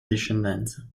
discendenza